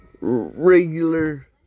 regular